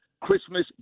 Christmas